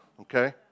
okay